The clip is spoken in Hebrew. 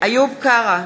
איוב קרא,